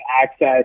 access